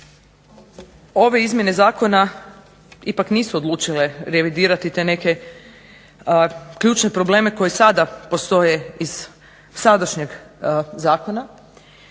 ove izmjene zakona ipak nisu odlučile revidirati te neke ključne probleme koji sada postoje iz sadašnjeg zakona.